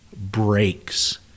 breaks